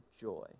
joy